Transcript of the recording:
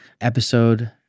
Episode